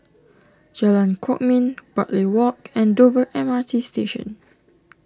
Jalan Kwok Min Bartley Walk and Dover M R T Station